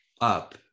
up